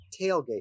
tailgate